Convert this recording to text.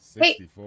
Hey